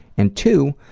and two,